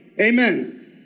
Amen